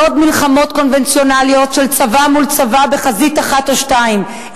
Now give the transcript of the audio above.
לא עוד מלחמות קונבנציונליות של צבא מול צבא בחזית אחת או שתיים,